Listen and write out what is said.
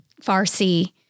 Farsi